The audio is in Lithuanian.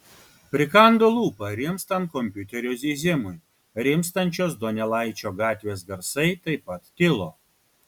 prikando lūpą rimstant kompiuterio zyzimui rimstančios donelaičio gatvės garsai taip pat tilo